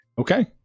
Okay